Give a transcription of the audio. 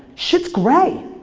shit's gray.